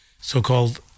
so-called